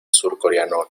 surcoreano